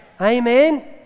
Amen